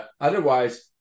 Otherwise